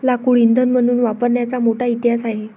लाकूड इंधन म्हणून वापरण्याचा मोठा इतिहास आहे